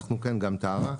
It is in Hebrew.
אנחנו כן גם טרה.